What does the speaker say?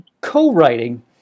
co-writing